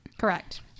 correct